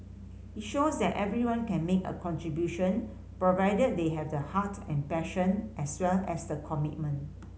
it shows that everyone can make a contribution provided they have the heart and passion as well as the commitment